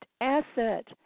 asset